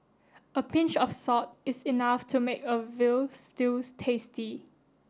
a pinch of salt is enough to make a veal stews tasty